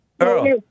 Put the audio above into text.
Earl